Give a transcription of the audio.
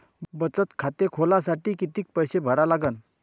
बचत खाते खोलासाठी किती पैसे भरा लागन?